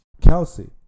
Kelsey